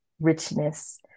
richness